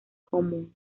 común